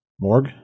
Morgue